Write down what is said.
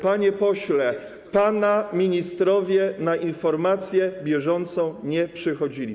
Panie pośle, pana ministrowie na informację bieżącą nie przychodzili.